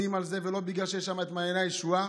על זה ולא בגלל שיש שם את מעייני הישועה,